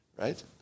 right